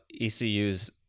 ECU's